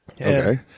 Okay